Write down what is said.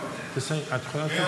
בסדר.